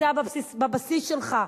כבוד השר: אני יודעת שאתה, בבסיס שלך,